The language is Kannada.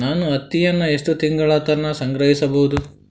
ನಾನು ಹತ್ತಿಯನ್ನ ಎಷ್ಟು ತಿಂಗಳತನ ಸಂಗ್ರಹಿಸಿಡಬಹುದು?